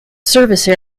service